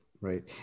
right